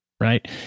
Right